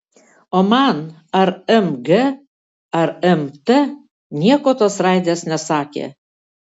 o man ar mg ar mt nieko tos raidės nesakė